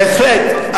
בהחלט.